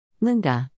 Linda